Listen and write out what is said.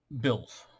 bills